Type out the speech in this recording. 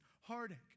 heartache